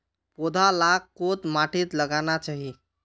पौधा लाक कोद माटित लगाना चही?